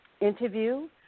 interview